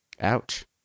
Ouch